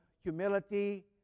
humility